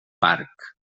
parc